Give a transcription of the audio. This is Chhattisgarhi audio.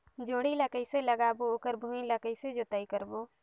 जोणी ला कइसे लगाबो ओकर भुईं ला कइसे जोताई करबो?